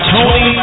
Tony